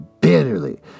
bitterly